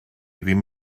ddim